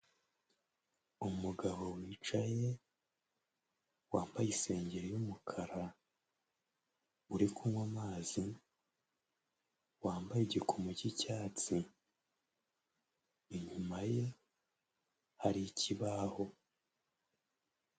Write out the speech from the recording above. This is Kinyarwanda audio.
Umugabo wicaye, wambaye isengeri y'umukara, uri kunywa amazi, wambaye igikomo cy'icyatsi, inyuma ye, hari ikibaho.